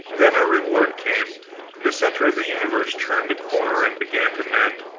then our reward came the center of the universe turned the corner and began to mend.